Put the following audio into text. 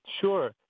Sure